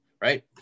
right